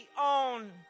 on